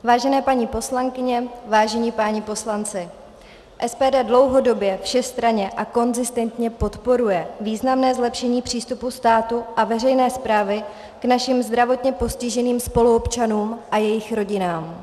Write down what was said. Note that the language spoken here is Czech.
Vážené paní poslankyně, vážení páni poslanci, SPD dlouhodobě všestranně a konzistentně podporuje významné zlepšení přístupu státu a veřejné správy k našim zdravotně postiženým spoluobčanům a jejich rodinám.